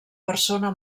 persona